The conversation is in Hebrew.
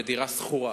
בדירה שכורה,